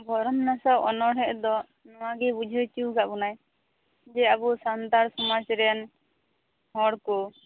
ᱵᱷᱚᱨᱚᱢ ᱱᱟᱥᱟᱣ ᱚᱱᱚᱲᱦᱮᱸ ᱫᱚ ᱱᱚᱣᱟ ᱜᱮ ᱵᱩᱡᱷᱟ ᱣ ᱦᱚᱪᱚ ᱟᱠᱟᱫ ᱵᱚᱱᱟᱭ ᱡᱮ ᱟᱵᱚ ᱥᱟᱱᱛᱟᱲ ᱥᱚᱢᱟᱡᱽ ᱨᱮᱱ ᱦᱚᱲᱠᱚ